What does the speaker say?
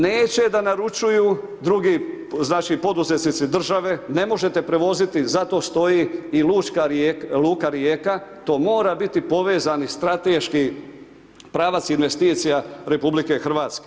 Neće da naručuju drugi, znači, poduzetnici države, ne možete prevoziti, zato stoji i Luka Rijeka, to mora biti povezani strateški pravac investicija RH.